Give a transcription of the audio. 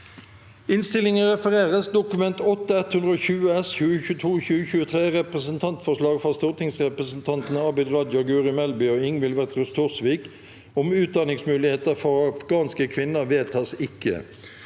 følgende v e d t a k : Dokument 8:120 S (2022–2023) – Representantforslag fra stortingsrepresentantene Abid Raja, Guri Melby og Ingvild Wetrhus Thorsvik om utdanningsmuligheter for afghanske kvinner – vedtas ikke.